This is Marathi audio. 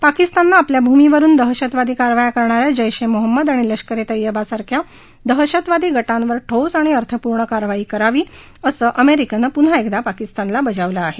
पाकिस्ताननं आपल्या भूमीवरुन दहशतवादी कारवाया करणाऱ्या जैश ए मोहम्मद आणि लष्कर ए तैयब्बासारख्या दहशतवादी गटांवर ठोस आणि अर्थपूर्ण कारवाई करावी असं अमेरिकेनं पुन्हा एकदा पाकिस्तानला बजावलं आहे